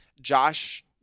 Josh